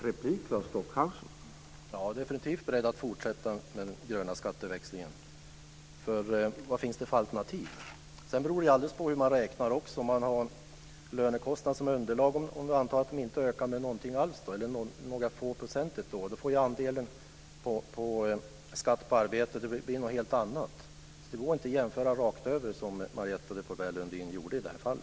Herr talman! Jag är definitivt beredd att fortsätta med den gröna skatteväxlingen. Vilka alternativ finns? Det beror också på hur man räknar. Om man har lönekostnaderna som underlag och antar att de ett år inte alls ökar eller med några få procent, blir andelen skatt på arbete en helt annan. Det går inte att jämföra rakt över på det sätt som Marietta de Pourbaix Lundin gjorde i detta fall.